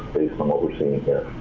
based on what we're seeing here.